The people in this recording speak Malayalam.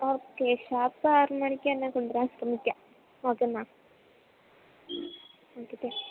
ഓക്കേ ഷാർപ്പ് ആറു മണിക്ക് തന്നെ കൊണ്ടുവരാൻ ശ്രമിക്കാം ഓക്കേ മാം ഓക്കേ താങ്ക്യൂ